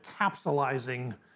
capsulizing